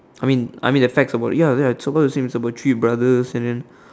I mean I mean the facts about ya ya it's about the same it's about three brothers and then